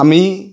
আমি